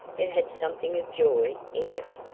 it had something of joy in it,